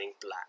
black